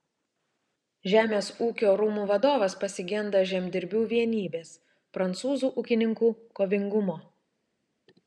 žemės ūkio rūmų vadovas pasigenda žemdirbių vienybės prancūzų ūkininkų kovingumo